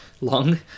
Long